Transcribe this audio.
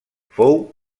fou